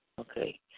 Okay